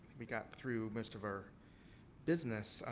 we got through most of our business.